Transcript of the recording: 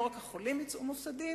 לא רק החולים יצאו מופסדים,